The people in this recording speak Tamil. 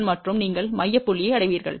1 மற்றும் நீங்கள் மைய புள்ளியை அடைவீர்கள்